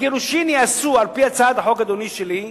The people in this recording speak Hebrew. הגירושים ייעשו, על-פי הצעת החוק שלי,